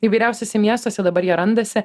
įvairiausiuose miestuose dabar jie randasi